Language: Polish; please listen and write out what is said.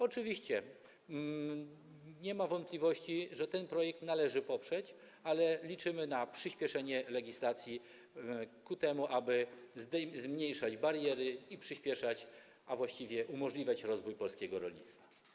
Oczywiście nie ma wątpliwości, że ten projekt należy poprzeć, ale liczymy na przyspieszenie legislacji, aby zmniejszać bariery i przyspieszać, a właściwie umożliwiać rozwój polskiego rolnictwa.